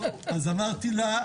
אז אמרתי לה,